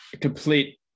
complete